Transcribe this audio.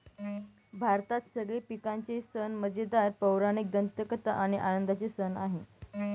भारतात सगळे पिकांचे सण मजेदार, पौराणिक दंतकथा आणि आनंदाचे सण आहे